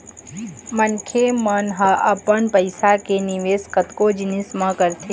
मनखे मन ह अपन पइसा के निवेश कतको जिनिस म करथे